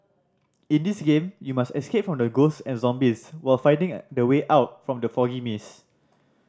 in this game you must escape from ghosts and zombies while finding the way out from the foggy maze